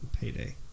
payday